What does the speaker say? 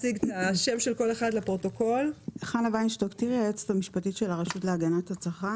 אני היועצת המשפטית של הרשות להגנת הצרכן.